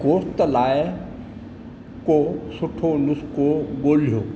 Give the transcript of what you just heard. गोश्त लाइ को सुठो नुस्ख़ो ॻोल्हियो